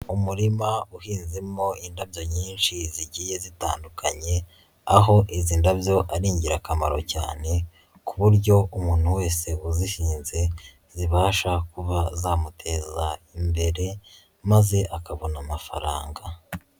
Umurima uhinzemo indabyo nyinshi zigiye zitandukanye, aho izi ndabyo ari ingirakamaro cyane, ku buryo umuntu wese uzihinze zibasha kuba zamuteza imbere, maze akabona amafaranga.